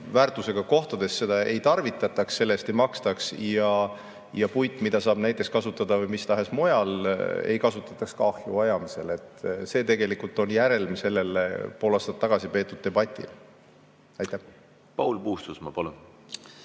väärtusega kohtades seda ei tarvitataks, selle eest ei makstaks, ja puitu, mida saab näiteks kasutada kus tahes mujal, ei kasutataks ka ahju ajamisel. See tegelikult on järelm sellele pool aastat tagasi peetud debatile. Aitäh! No kui te